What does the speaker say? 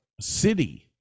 city